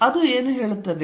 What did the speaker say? ಅದು ಏನು ಹೇಳುತ್ತದೆ